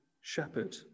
shepherd